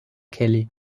kelly